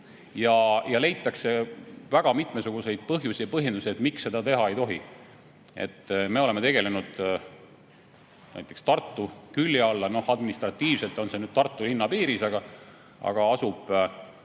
ja leitakse väga mitmesuguseid põhjusi ja põhjendusi, miks seda teha ei tohi. Me oleme tegelenud tehase püstitamisega Tartu külje alla. Administratiivselt on see Tartu linna piiris, aga asub